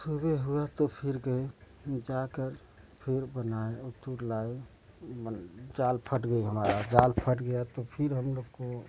सुबह हुआ तो फिर गए जाकर सको लाए बन जाल फट गई हमारा जाल फट गया तो फिर हम लोग को